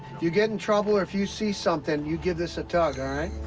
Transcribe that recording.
you get in trouble or if you see something, you give this a tug,